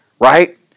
right